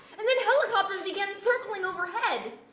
and then helicopters began circling overhead.